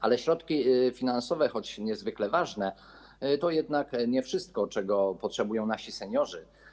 Ale środki finansowe, choć niezwykle ważne, to jednak nie wszystko, czego potrzebują nasi seniorzy.